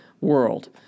world